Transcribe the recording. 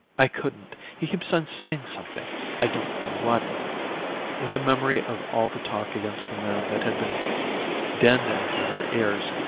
i couldn't. he keeps on saying something i don't know what with the memory of all the talk against the man that had been dinned into her ears,